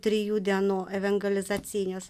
trijų dienų evangelizacinės